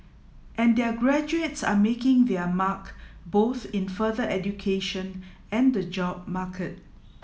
and their graduates are making their mark both in further education and the job market